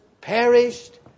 perished